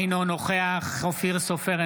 אינו נוכח אופיר סופר,